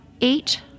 eight